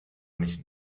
nicht